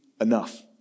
enough